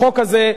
החוק הזה,